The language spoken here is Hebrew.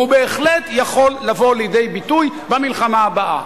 והוא בהחלט יכול לבוא לידי ביטוי במלחמה הבאה.